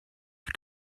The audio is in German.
auf